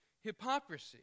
hypocrisy